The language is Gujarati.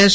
એસ